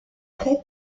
très